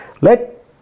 Let